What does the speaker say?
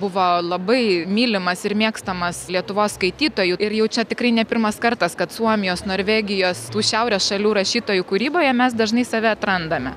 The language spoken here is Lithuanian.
buvo labai mylimas ir mėgstamas lietuvos skaitytojų ir jau čia tikrai ne pirmas kartas kad suomijos norvegijos tų šiaurės šalių rašytojų kūryboje mes dažnai save atrandame